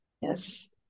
Yes